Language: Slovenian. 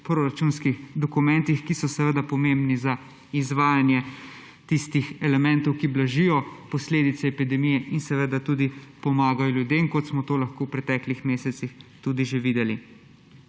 proračunskih dokumentih, ki so seveda pomembni za izvajanje tistih elementov, ki blažijo posledice epidemije in seveda tudi pomagajo ljudem, kot smo to lahko v pretekih mesecih tudi že videli.